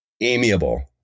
amiable